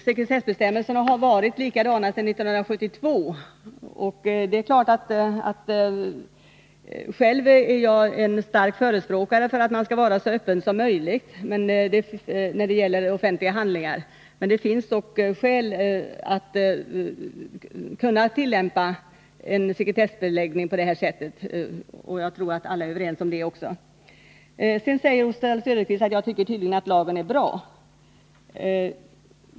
Sekretessbestämmelserna har varit likadana sedan 1972. Själv är jag en förespråkare för så stor öppenhet som möjligt när det gäller offentliga handlingar. Det finns dock tillfällen då de bör kunna sekretessbeläggas, det tror jag att alla är överens om. Sedan säger Oswald Söderqvist att jag tydligen tycker att lagen är bra.